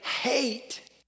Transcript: hate